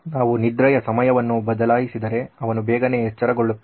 ನಾವು ನಿದ್ರೆಯ ಸಮಯವನ್ನು ಬದಲಾಯಿಸಿದರೆ ಅವನು ಬೇಗನೆ ಎಚ್ಚರಗೊಳ್ಳುತ್ತಾನೆ